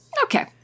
okay